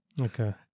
okay